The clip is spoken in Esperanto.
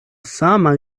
sama